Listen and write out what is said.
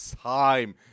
time